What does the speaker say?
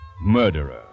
murderer